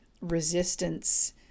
resistance